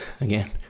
again